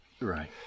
Right